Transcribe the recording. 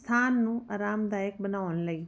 ਸਥਾਨ ਨੂੰ ਆਰਾਮਦਾਇਕ ਬਣਾਉਣ ਲਈ